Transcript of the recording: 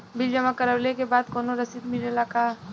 Bill जमा करवले के बाद कौनो रसिद मिले ला का?